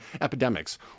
epidemics